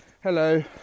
hello